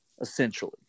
essentially